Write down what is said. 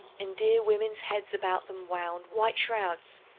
and dear women's heads about them wound white shrouds,